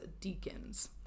deacons